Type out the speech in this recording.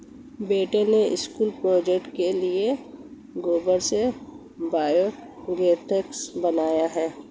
बेटे ने school project के लिए गोबर से बायोगैस बनाया है